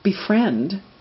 befriend